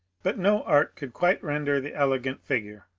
but no art could quite render the elegant figure,